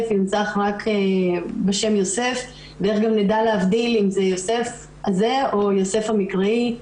ייכתב רק בשם יוסף ואיך גם נדע להבדיל אם זה יוסף זה או יוסף המקראי?